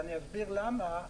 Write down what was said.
אני אסביר למה: